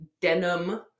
denim